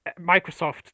Microsoft